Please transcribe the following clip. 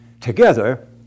Together